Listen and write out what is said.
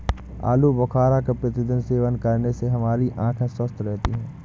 आलू बुखारा का प्रतिदिन सेवन करने से हमारी आंखें स्वस्थ रहती है